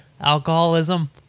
alcoholism